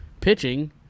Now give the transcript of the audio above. pitching